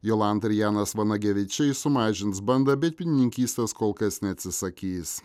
jolanta ir janas vanagevičiai sumažins bandą bet pienininkystės kol kas neatsisakys